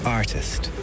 artist